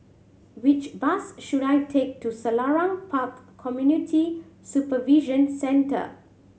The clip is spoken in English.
which bus should I take to Selarang Park Community Supervision Centre